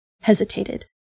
hesitated